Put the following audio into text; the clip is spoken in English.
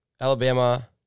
Alabama